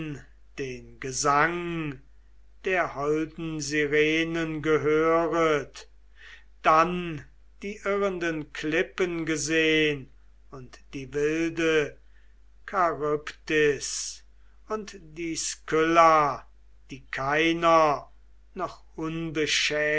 den gesang der holden sirenen gehöret dann die irrenden klippen gesehn und die wilde charybdis und die skylla die keiner noch